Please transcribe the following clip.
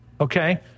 Okay